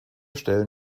stellen